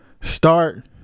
Start